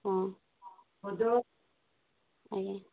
ହଁ ଆଜ୍ଞା